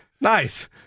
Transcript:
Nice